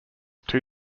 two